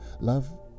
love